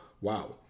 wow